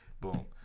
boom